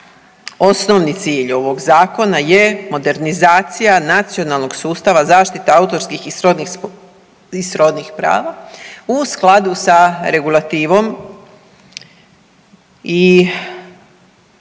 osnovni cilj ovoga Zakona je modernizacija nacionalnog sustava zaštite autorskih i srodnih prava u skladu sa Regulativom i